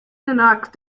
nanak